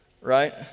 right